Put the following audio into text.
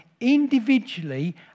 individually